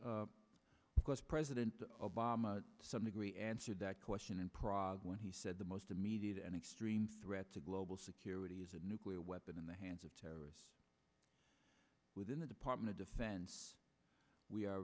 know because president obama some agree answered that question in prague when he said the most immediate and extreme threat to global security is a nuclear weapon in the hands of terrorists within the department of defense we are